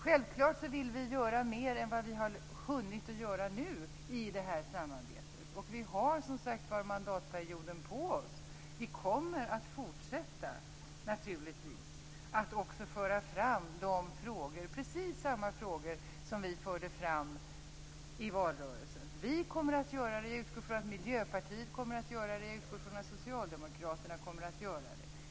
Självklart vill vi göra mer än vad vi har hunnit göra nu i det här samarbetet, och vi har som sagt mandatperioden på oss. Vi kommer naturligtvis att fortsätta att föra fram precis samma frågor som vi förde fram i valrörelsen. Vi kommer att göra det, och jag utgår från att Miljöpartiet och Socialdemokraterna kommer att göra det.